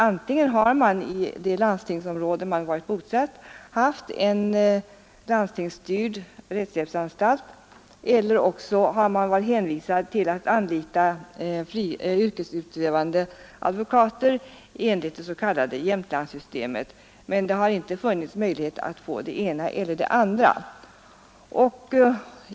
Antingen har det i det landstingsområde där man varit bosatt funnits en landstingsstyrd rättshjälpsanstalt eller också har man varit hänvisad till att anlita yrkesutövande advokater enligt det s.k. Jämtlandssystemet, men man har inte haft möjlighet att välja det ena eller det andra.